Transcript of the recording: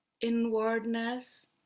inwardness